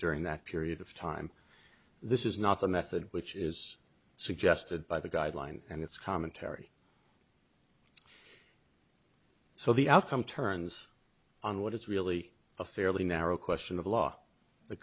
during that period of time this is not a method which is suggested by the guideline and its commentary so the outcome turns on what it's really a fairly narrow question of law the